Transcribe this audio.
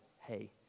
hey